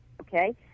Okay